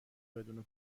بدون